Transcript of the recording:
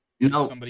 no